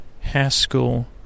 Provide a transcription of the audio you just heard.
Haskell